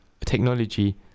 technology